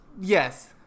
Yes